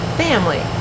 family